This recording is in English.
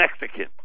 Mexican